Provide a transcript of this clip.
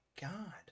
God